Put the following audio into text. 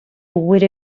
with